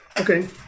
Okay